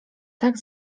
tak